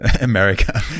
America